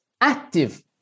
active